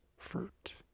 fruit